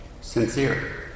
sincere